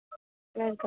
welcome